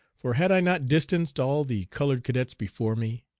for had i not distanced all the colored cadets before me?